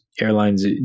airlines